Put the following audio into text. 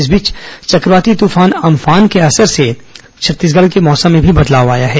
इस बीच चक्रवाती तूफान अम्फान के असर से छत्तीसगढ़ के मौसम में भी बदलाव आया है